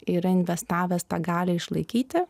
yra investavęs tą galią išlaikyti